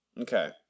Okay